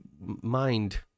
mind